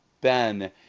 Ben